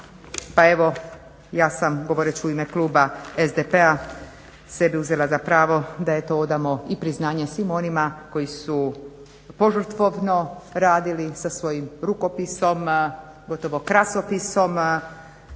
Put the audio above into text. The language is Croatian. Pa evo ja sam govoreći u ime kluba SDP-a sebi uzela za pravo da eto odamo i priznanje svim onima koji su požrtvovno radili sa svojim rukopisom, gotovo krasopisom